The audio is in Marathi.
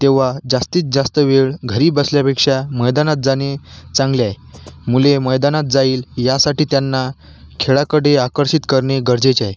तेव्हा जास्तीत जास्त वेळ घरी बसल्यापेक्षा मैदानात जाणे चांगले आहे मुले मैदानात जाईल यासाठी त्यांना खेळाकडे आकर्षित करणे गरजेचे आहे